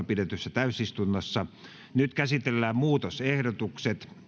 pidetyssä täysistunnossa nyt käsitellään muutosehdotukset